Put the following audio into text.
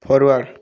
forward